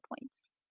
points